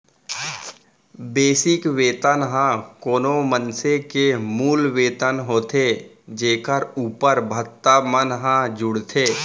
basic वेतन ह कोनो मनसे के मूल वेतन होथे जेखर उप्पर भत्ता मन ह जुड़थे